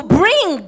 bring